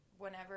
Whenever